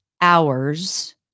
hours